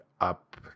up